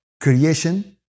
creation